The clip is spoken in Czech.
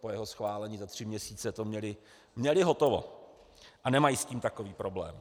Po jeho schválení za tři měsíce to měli hotovo a nemají s tím takový problém.